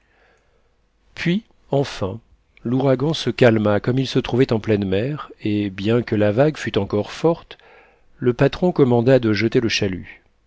puis enfin l'ouragan se calma comme il se trouvait en pleine mer et bien que la vague fût encore forte le patron commanda de jeter le chalut